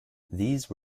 these